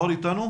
אני מבין